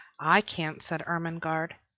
i can't, said ermengarde.